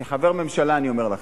כחבר הממשלה אני אומר לכם,